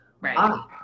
right